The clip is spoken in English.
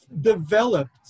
developed